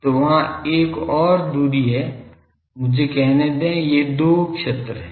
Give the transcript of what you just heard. तो वहाँ एक और दूरी है मुझे कहने दें ये दो क्षेत्र हैं